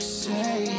say